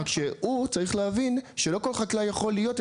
רק שהוא צריך להבין שלא כל חקלאי יכול להיות,